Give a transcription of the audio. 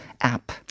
app